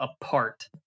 apart